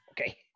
okay